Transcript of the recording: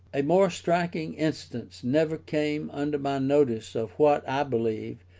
a more striking instance never came under my notice of what, i believe,